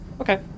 okay